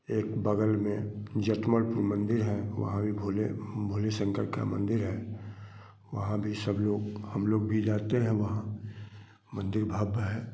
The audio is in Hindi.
एक बग़ल में जटमनपुर मंदिर हैं वहाँ भी भोले भोले शंकर का मंदिर है वहाँ भी सब लोग हम लोग भी जाते हैं वहाँ मंदिर भव्य है